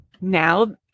now